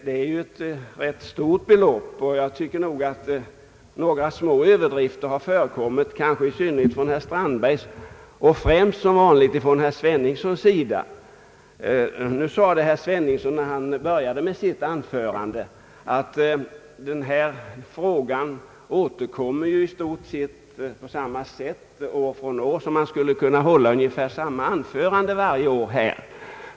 Det är ett ganska stort belopp, och jag tycker att några små överdrifter gjorts av herr Strandberg och främst, som vanligt, av herr Sveningsson. Herr Sveningsson sade i början av sitt anförande att denna fråga återkommer på i stort sett samma sätt år från år, så att man skulle kunna hålla samma anförande år från år.